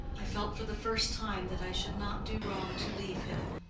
i felt for the first time that i should not do wrong to leave him.